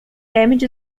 damage